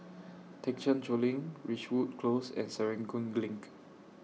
Thekchen Choling Ridgewood Close and Serangoon LINK